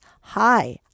Hi